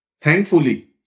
Thankfully